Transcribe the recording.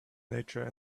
nature